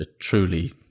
truly